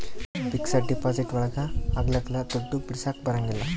fixed deposit ಒಳಗ ಅಗ್ಲಲ್ಲ ದುಡ್ಡು ಬಿಡಿಸಕ ಬರಂಗಿಲ್ಲ